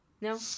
No